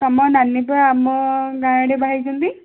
ତୁମ ନାନୀ ପା ଆମ ଗାଁ ଆଡ଼େ ବାହା ହେଇଛନ୍ତି